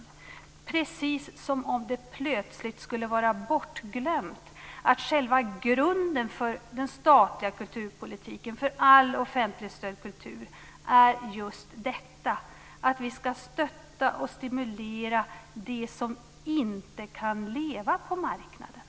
Det är precis som om det plötsligt skulle vara bortglömt att själva grunden för den statliga kulturpolitiken och för all offentligstödd kultur är just detta att vi ska stötta och stimulera det som inte kan leva på marknaden.